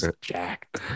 jacked